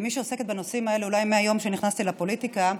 כמי שעוסקת בנושאים האלה אולי מהיום שנכנסתי לפוליטיקה.